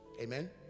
Amen